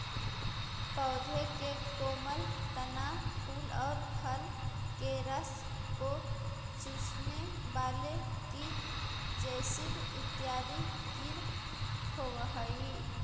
पौधों के कोमल तना, फूल और फल के रस को चूसने वाले की जैसिड इत्यादि कीट होवअ हई